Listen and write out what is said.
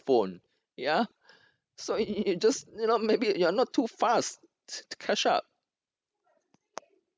phone ya so it just you know maybe you're not too fast to catch up